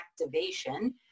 activation